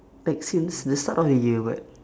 like since the start of the year but